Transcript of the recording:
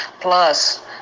Plus